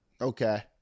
Okay